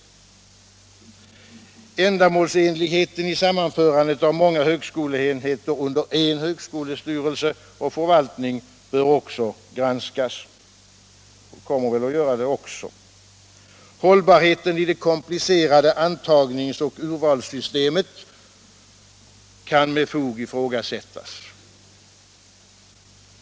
Ändamålsenligheten i sammanförandet av många högskoleenheter under en högskolestyrelse och förvaltning bör också granskas —- och kommer väl även att granskas. Hållbarheten i det komplicerade antagnings och urvalssystemet kan med fog ifrågasättas.